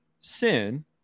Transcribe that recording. sin